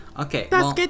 Okay